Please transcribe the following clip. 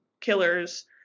killers